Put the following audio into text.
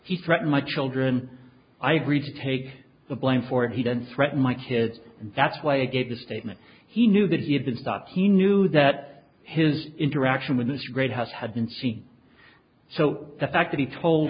he threatened my children i agreed to take the blame for he didn't threaten my kids and that's why i gave the statement he knew that he had been stopped he knew that his interaction with this great house had been seen so the fact that he told